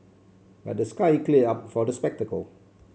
but the sky clear up for the spectacle